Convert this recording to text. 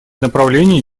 направлений